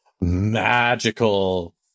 magical